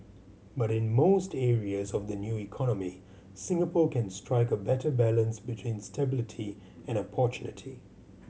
but in most areas of the new economy Singapore can strike a better balance between stability and opportunity